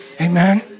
Amen